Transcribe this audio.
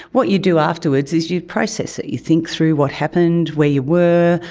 what you do afterwards is you process it. you think through what happened, where you were,